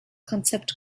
konzept